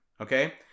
okay